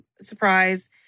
surprise